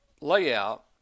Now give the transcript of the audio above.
layout